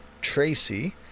Tracy